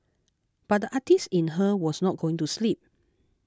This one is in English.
but the artist in her was not going to sleep